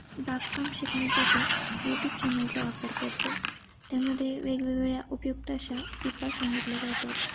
बाग काम शिकण्यासाठी यूट्यूब चॅनलचा वापर करते त्यामध्येे वेगवेगळ्या उपयुक्त अशा टिपा सांगितल्या जातात